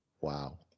Wow